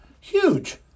Huge